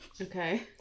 Okay